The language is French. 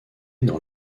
dans